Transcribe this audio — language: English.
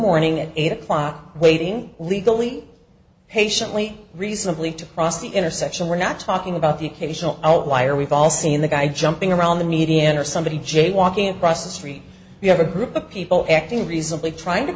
morning at eight o'clock waiting legally patiently recently to cross the intersection we're not talking about the occasional outlier we've all seen the guy jumping around the median or somebody jaywalking across the street you have a group of people acting reasonably trying to